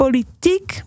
Politiek